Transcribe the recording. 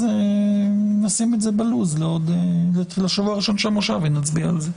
אז נשים את זה בלו"ז לשבוע הראשון של המושב ונצביע על זה.